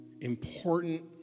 important